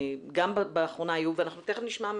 גם באחרונה היו ואנחנו תיכף נשמע,